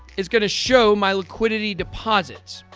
it's going to show my liquidity deposits.